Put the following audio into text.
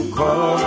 call